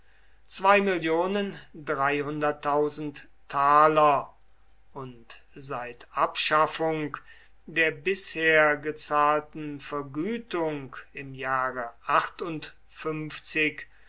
taler und seit abschaffung der bisher gezahlten vergütung im jahre